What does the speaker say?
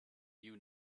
you